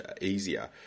easier